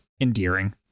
endearing